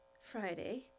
Friday